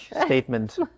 statement